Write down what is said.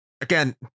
Again